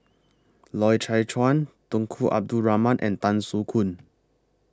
Loy Chye Chuan Tunku Abdul Rahman and Tan Soo Khoon